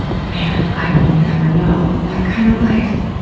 man, i will never know that kind of life.